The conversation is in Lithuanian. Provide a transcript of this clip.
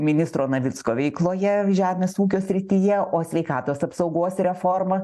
ministro navicko veikloje žemės ūkio srityje o sveikatos apsaugos reforma